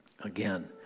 Again